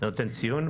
זה נותן ציון.